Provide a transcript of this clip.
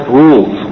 rules